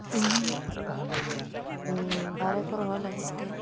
ᱤᱧ ᱫᱟᱨᱮ ᱠᱚ ᱨᱚᱦᱚᱭ ᱞᱟᱹᱜᱤᱫ ᱛᱮ